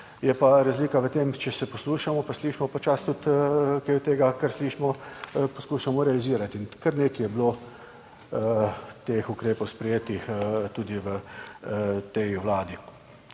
Je pa razlika v tem, če se poslušamo, pa slišimo počasi tudi kaj od tega, kar slišimo, poskušamo realizirati in kar nekaj je bilo teh ukrepov sprejetih tudi v tej Vladi.